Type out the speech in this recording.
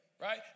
right